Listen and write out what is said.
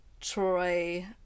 Troy